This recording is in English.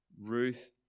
Ruth